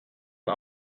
een